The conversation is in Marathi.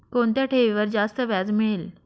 कोणत्या ठेवीवर जास्त व्याज मिळेल?